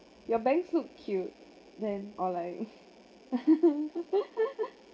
your banks look cute then or like